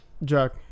Jack